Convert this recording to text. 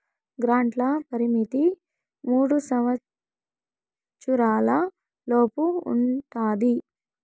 గ్రాంట్ల పరిమితి మూడు సంవచ్చరాల లోపు ఉంటది